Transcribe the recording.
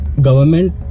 government